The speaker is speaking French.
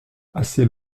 assez